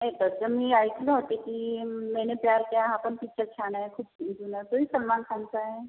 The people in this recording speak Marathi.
नाही तसं मी ऐकलं होते की मैने प्यार किया हा पण पिच्चर छान आहे खूप जुना तोही सलमान खानचा आहे